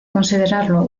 considerarlo